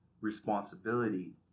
responsibility